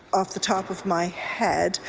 off the top of my head.